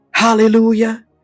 Hallelujah